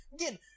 again